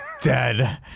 Dead